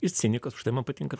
jis cinikas už tai man patinka